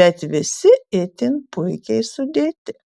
bet visi itin puikiai sudėti